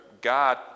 God